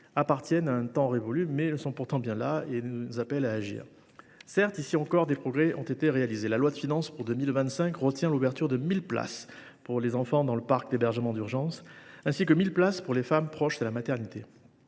appartiennent à un temps révolu, or elles sont pourtant bien là et elles nous appellent à agir. Certes, ici encore, des progrès ont été réalisés : la loi de finances pour 2025 retient l’ouverture de 1 000 places pour les enfants dans le parc d’hébergement d’urgence, ainsi que 1 000 places pour les femmes proches de la maternité.